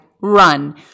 run